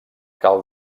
cal